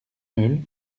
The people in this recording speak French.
meules